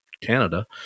Canada